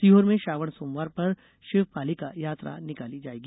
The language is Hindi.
सीहोर में श्रावण सोमवार पर शिव पालिका यात्रा निकाली जाएगी